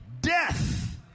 Death